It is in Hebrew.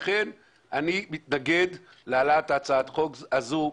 לכן אני מתנגד להעלאת הצעת החוק הזו,